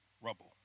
rubble